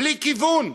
בלי כיוון.